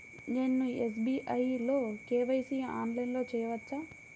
నేను ఎస్.బీ.ఐ లో కే.వై.సి ఆన్లైన్లో చేయవచ్చా?